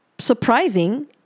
Surprising